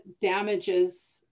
damages